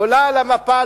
עולה על המפה,